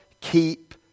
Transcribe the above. keep